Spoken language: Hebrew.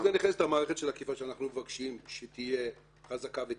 בשביל זה נכנסת מערכת האכיפה שאנחנו מבקשים שתהיה חזקה ותקיפה,